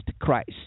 Christ